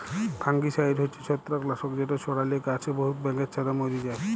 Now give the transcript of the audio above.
fungicide হছে ছত্রাক লাসক যেট ছড়ালে গাহাছে বহুত ব্যাঙের ছাতা ম্যরে যায়